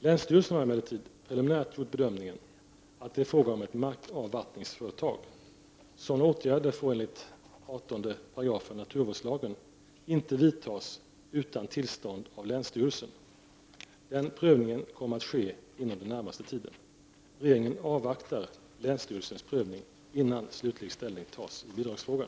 Länsstyrelsen har emellertid preliminärt gjort bedömningen att det är fråga om ett markavvattningsföretag. Sådana åtgärder får enligt 18 c § naturvårdslagen inte vidtas utan tillstånd av länsstyrelsen. Den prövningen kommer att ske inom den närmaste tiden. Regeringen avvaktar länsstyrelsens prövning innan slutlig ställning tas i bidragsfrågan.